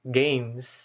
games